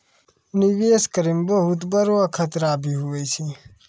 निवेश करै मे बहुत बड़ो खतरा भी हुवै छै